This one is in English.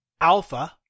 Alpha